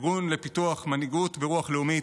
ארגון לפיתוח מנהיגות ברוח לאומית,